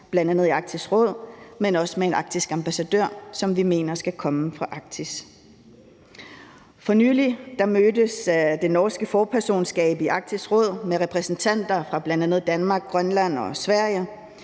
bl.a. i Arktisk Råd, men også med en arktisk ambassadør, som vi mener skal komme fra Arktis. For nylig mødtes det norske forpersonskab i Arktisk Råd med repræsentanter fra bl.a. Danmark, Grønland og Sverige.